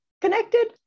Connected